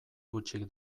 hutsik